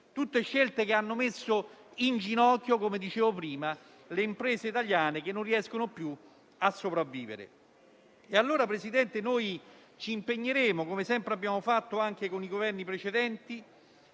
Queste scelte hanno messo in ginocchio, come dicevo prima, le imprese italiane che non riescono più a sopravvivere. Presidente, noi ci impegneremo, come sempre abbiamo fatto con i Governi precedenti,